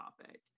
topic